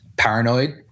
Paranoid